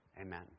Amen